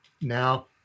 now